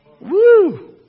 Woo